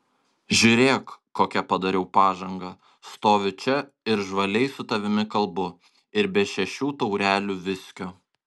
žiūrėk kokią padariau pažangą stoviu čia ir žvaliai su tavimi kalbu ir be šešių taurelių viskio